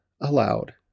allowed